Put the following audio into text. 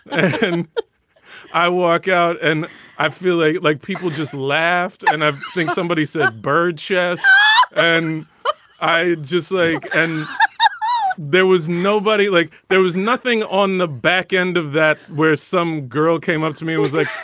and i walk out and i feel like like people just laughed. and i think somebody said, burgess and i just like. and there was nobody like there was nothing on the back end of that where some girl came up to me. it was like,